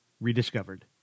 rediscovered